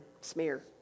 smear